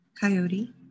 Coyote